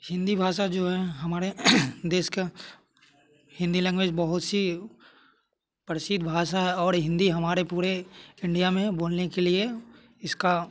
हिंदी भाषा जो है हमारे देश का हिंदी लैंग्वेज बहुत सी प्रसिद्ध भाषा है और हिंदी हमारे पूरे इंडिया में बोलने के लिए इसका